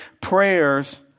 prayers